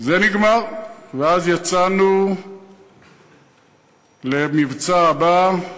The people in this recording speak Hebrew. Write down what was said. זה נגמר, ואז יצאנו למבצע הבא,